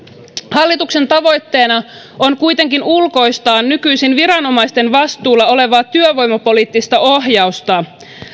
hallituksen tavoitteena on kuitenkin ulkoistaa nykyisin viranomaisten vastuulla olevaa työvoimapoliittista ohjausta